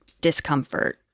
discomfort